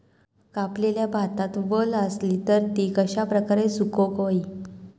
कापलेल्या भातात वल आसली तर ती कश्या प्रकारे सुकौक होई?